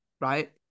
right